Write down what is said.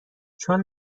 چون